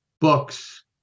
books